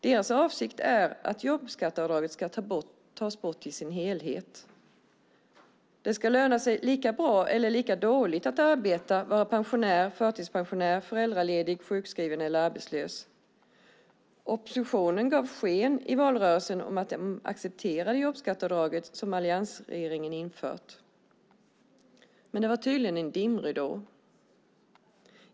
Deras avsikt är att jobbskatteavdraget ska tas bort i sin helhet. Det ska löna sig lika bra eller lika dåligt att arbeta, vara pensionär, förtidspensionär, föräldraledig, sjukskriven eller arbetslös. I valrörelsen gav oppositionen sken av att acceptera det jobbskatteavdrag som alliansregeringen infört, men det var tydligen en dimridå.